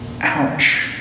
Ouch